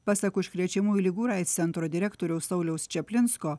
pasak užkrečiamųjų ligų ir aids centro direktoriaus sauliaus čaplinsko